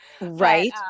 right